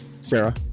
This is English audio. Sarah